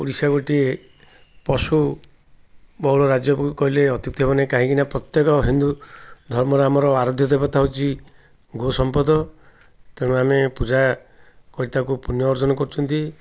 ଓଡ଼ିଶା ଗୋଟିଏ ପଶୁ ବହୁଳ ରାଜ୍ୟକୁ କହିଲେ ଅତ୍ୟୁକ୍ତି ହେବ ନାହିଁ କାହିଁକିନା ପ୍ରତ୍ୟେକ ହିନ୍ଦୁ ଧର୍ମର ଆମର ଆରଧ୍ୟ ଦେବତା ହେଉଛି ଗୋ ସମ୍ପଦ ତେଣୁ ଆମେ ପୂଜା କରି ତାକୁ ପୂଣ୍ୟ ଅର୍ଜନ କରୁଛନ୍ତି